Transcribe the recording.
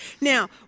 now